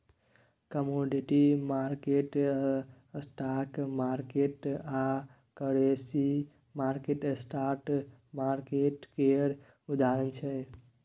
commodity market, stock market आ currency market spot market केर उदाहरण छै